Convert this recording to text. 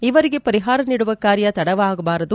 ಇವರಿಗೆ ಪರಿಹಾರ ನೀಡುವ ಕಾರ್ಯ ತಡವಾಗಬಾರದು